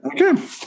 okay